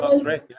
great